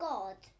God